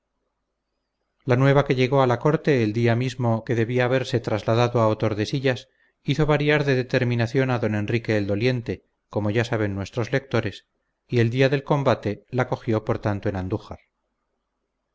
la nueva que llegó a la corte el día mismo que debía haberse trasladado a otordesillas hizo variar de determinación a don enrique el doliente como ya saben nuestros lectores y el día del combate la cogió por tanto en andújar